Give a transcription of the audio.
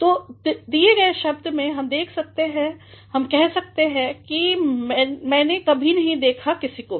तो दिए गए वाक्य में हम देख सकते हैं जब हम कहते हैं मैने कभी नहीं देखा किसी को भी